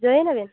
ᱡᱚᱭᱮᱱ ᱟᱹᱵᱤᱱ